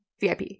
VIP